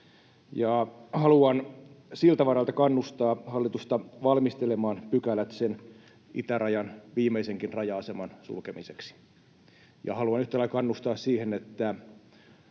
haluan siltä varalta kannustaa hallitusta valmistelemaan pykälät sen itärajan viimeisenkin raja-aseman sulkemiseksi. Ja haluan yhtä lailla kannustaa siihen, että